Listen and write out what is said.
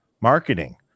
marketing